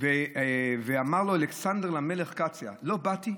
ואמר אלכסנדר למלך קציא: לא באתי,